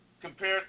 compared